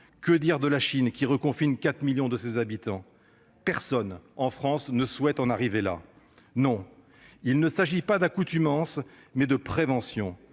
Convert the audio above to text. Que dire de la Chine, qui reconfine 4 millions de ses habitants ? Personne, en France, ne souhaite en arriver là. Il s'agit non pas d'accoutumance, mais de prévention.